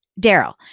Daryl